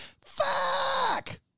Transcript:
fuck